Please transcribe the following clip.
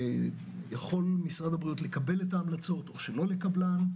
ויכול משרד הבריאות לקבל את ההמלצות או לא לקבלן.